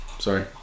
Sorry